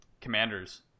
commanders